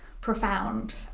profound